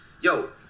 yo